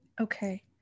Okay